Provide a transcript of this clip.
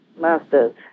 masters